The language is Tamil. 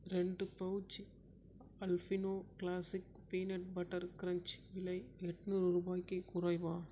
ரெண்டு pouch Alpino classic peanut butter crunch விலை எட்நூறு ரூபாய்க்குக் குறைவா